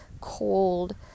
cold